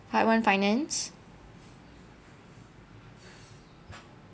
part one finance